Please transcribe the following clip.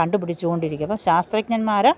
കണ്ടുപിടിച്ചുകൊണ്ടിരിക്കും അപ്പോള് ശാസ്ത്രജ്ഞന്മാര്